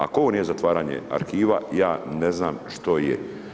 Ako ovo nije zatvaranje arhiva, ja ne znam što je.